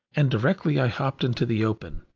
and directly i hopped into the open,